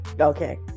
Okay